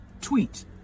tweet